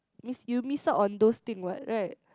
miss you miss out on those thing what right